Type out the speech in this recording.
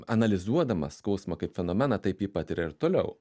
analizuodamas skausmą kaip fenomeną taip pat yra ir toliau